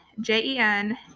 J-E-N